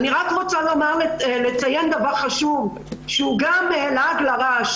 אני רק רוצה לציין דבר חשוב, שהוא גם לעג לרש.